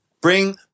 Bring